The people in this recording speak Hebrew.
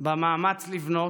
במאמץ לבנות,